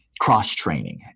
cross-training